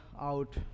out